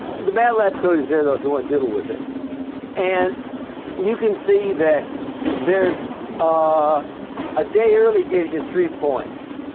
the matlab code is there though if you want to diddle with it and you can see that there's ah a day early gives you three points